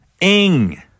Ing